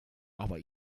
aber